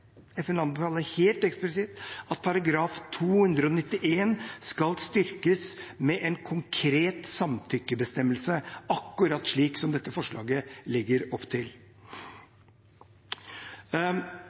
jeg har sagt: FN anbefaler her helt eksplisitt at § 291 skal styrkes med en konkret samtykkebestemmelse, akkurat slik som dette forslaget legger opp